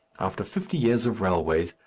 after fifty years of railways,